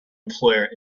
employer